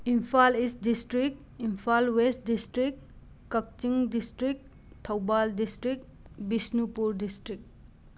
Imphal east district Imphal west district Kakching district Thoubal district Bishnupur district